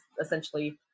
essentially